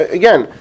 again